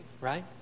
right